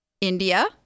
India